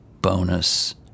bonus